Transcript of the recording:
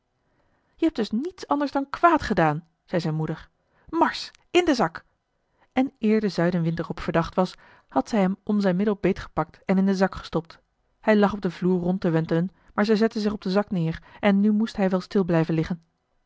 je hebt dus niets anders dan kwaad gedaan zei zijn moeder marsch in den zak en eer de zuidenwind er op verdacht was had zij hem om zijn middel beetgepakt en in den zak gestopt hij lag op den vloer rond te wentelen maar zij zette zich op den zak neer en nu moest hij wel stil blijven liggen